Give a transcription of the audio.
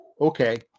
Okay